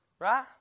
Right